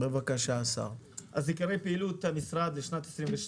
עיקרי הפעילות לשנת 2022: